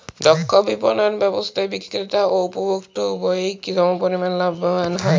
দক্ষ বিপণন ব্যবস্থায় বিক্রেতা ও উপভোক্ত উভয়ই কি সমপরিমাণ লাভবান হয়?